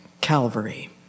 Calvary